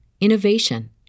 innovation